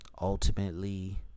ultimately